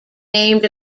named